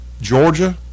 Georgia